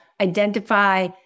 identify